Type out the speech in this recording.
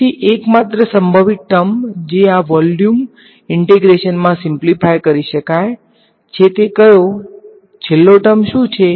તેથી એકમાત્ર સંભવિત ટર્મ જે આ વોલ્યુમ ઈંટેગ્રેશન મા સીમ્પ્લીફાય કરી શકાય છે તે કયો છેલ્લો ટર્મ શું છે